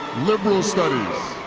liberal studies.